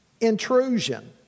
intrusion